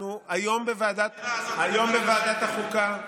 אנחנו, היום בוועדת החוקה,